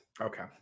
Okay